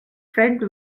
fred